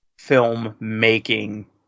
film-making